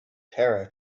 tara